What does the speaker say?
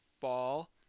fall